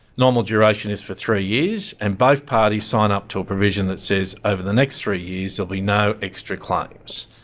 normal duration is for three years, and both parties sign up to a provision that says, over the next three years there'll be no extra claims.